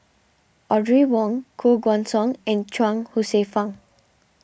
Audrey Wong Koh Guan Song and Chuang Hsueh Fang